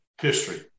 history